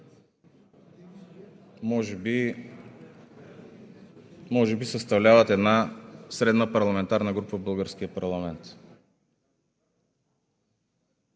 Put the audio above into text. може би съставляват една средна парламентарна група в българския парламент.